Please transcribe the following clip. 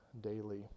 daily